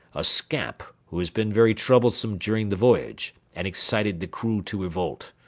a scamp who has been very troublesome during the voyage, and excited the crew to revolt.